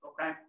Okay